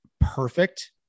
perfect